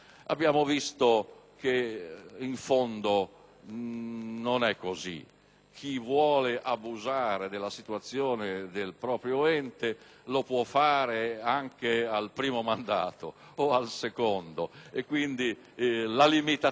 chi vuole abusare della situazione del proprio ente può farlo anche al primo mandato o al secondo, perciò la limitazione sta diventando, alla luce dell'esperienza,